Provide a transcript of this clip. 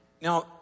Now